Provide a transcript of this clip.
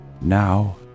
Now